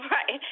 Right